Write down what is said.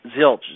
Zilch